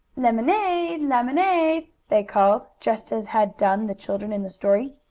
lemonade! lemonade! they called, just as had done the children in the story.